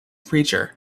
preacher